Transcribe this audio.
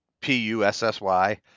p-u-s-s-y